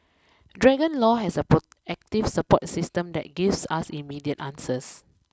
Dragon law has a proactive support system that gives us immediate answers